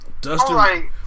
Dustin